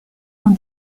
dans